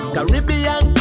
Caribbean